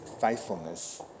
faithfulness